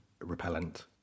repellent